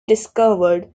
discovered